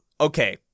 okay